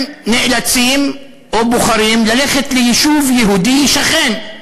הם נאלצים או בוחרים ללכת ליישוב יהודי שכן,